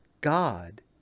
God